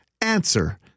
answer